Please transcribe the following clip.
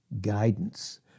guidance